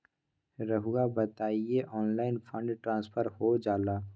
रहुआ बताइए online fund transfer हो जाला?